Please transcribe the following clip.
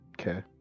okay